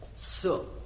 so.